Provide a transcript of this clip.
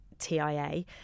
TIA